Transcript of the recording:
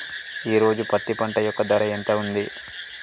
ఈ రోజు పత్తి పంట యొక్క ధర ఎంత ఉంది?